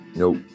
Nope